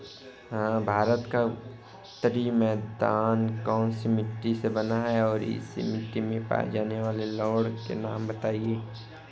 भारत का उत्तरी मैदान कौनसी मिट्टी से बना है और इस मिट्टी में पाए जाने वाले लवण के नाम बताइए?